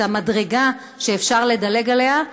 את המדרגה שאפשר לדלג עליה,